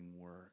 work